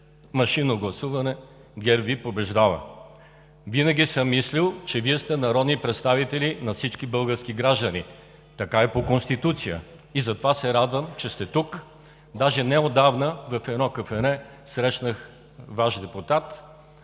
машинно гласуване ГЕРБ Ви побеждава. Винаги съм мислил, че Вие сте народни представители на всички български граждани. Така е по Конституция и затова се радвам, че сте тук. Неотдавна в едно кафене срещнах Ваш депутат